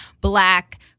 black